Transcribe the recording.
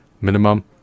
minimum